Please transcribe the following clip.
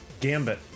Gambit